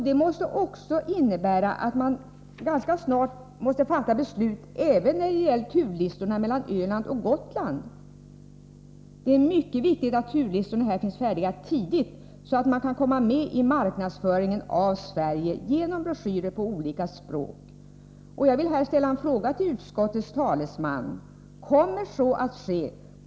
Det måste också innebära att man ganska snart måste fatta beslut även när det gäller turlistorna mellan Öland och Gotland. Det är mycket viktigt att turlistorna finns färdiga tidigt, så att de kan komma med i marknadsföringen av Sverige genom broschyrer på olika språk. Jag vill här ställa en fråga till utskottets talesman: Kommer så att ske?